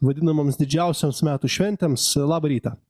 vadinamoms didžiausioms metų šventėms labą rytą